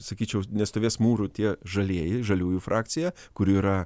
sakyčiau nestovės mūru tie žalieji žaliųjų frakcija kurių yra